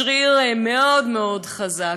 שריר מאוד מאוד חזק.